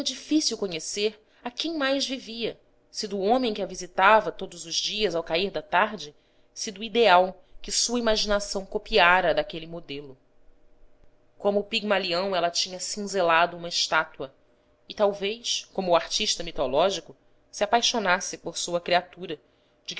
difícil conhecer a quem mais vivia se do homem que a visitava todos os dias ao cair da tarde se do ideal que sua imaginação copiara daquele modelo como pigmalião ela tinha cinzelado uma estátua e talvez como o artista mitológico se apaixonasse por sua criatura